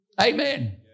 amen